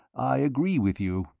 i agree with you,